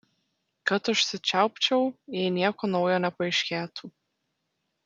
kad užsičiaupčiau jei nieko naujo nepaaiškėtų